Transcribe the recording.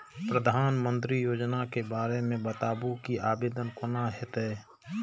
प्रधानमंत्री योजना के बारे मे बताबु की आवेदन कोना हेतै?